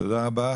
תודה רבה.